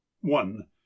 one